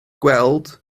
gweld